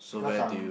because I'm